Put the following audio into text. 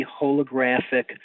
holographic